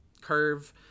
curve